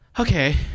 Okay